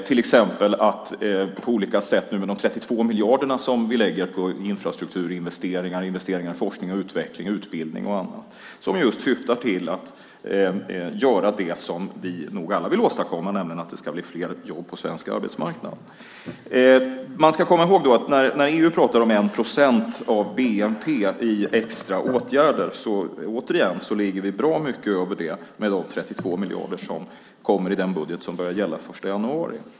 Det handlar också om att vi nu lägger 32 miljarder på infrastrukturinvesteringar, på investeringar i forskning och utveckling, på utbildning och annat vilket just syftar till att göra det som vi nog alla vill åstadkomma, nämligen fler jobb på svensk arbetsmarknad. Man ska komma ihåg att när EU talar om 1 procent av bnp i extra åtgärder ligger vi - återigen - bra mycket över det med de 32 miljarder som kommer i den budget som börjar gälla den 1 januari.